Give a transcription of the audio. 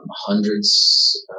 hundreds